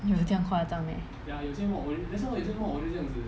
有这样夸张 meh